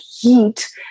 heat